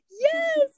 Yes